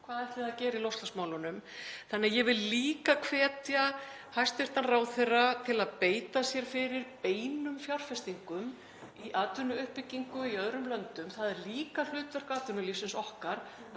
Hvað ætlið þið að gera í loftslagsmálunum? Þannig að ég vil líka hvetja hæstv. ráðherra til að beita sér fyrir beinum fjárfestingum í atvinnuuppbyggingu í öðrum löndum. Það er líka hlutverk atvinnulífsins okkar